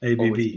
ABB